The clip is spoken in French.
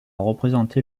représenté